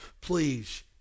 please